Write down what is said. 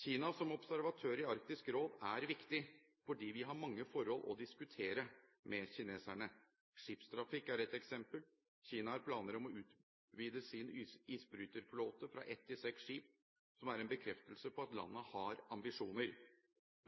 Kina som observatør i Arktisk råd er viktig, fordi vi har mange forhold å diskutere med kineserne. Skipstrafikk er ett eksempel. Kina har planer om å utvide sin isbryterflåte fra ett til seks skip, som er en bekreftelse på at landet har ambisjoner.